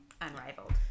Unrivaled